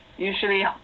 Usually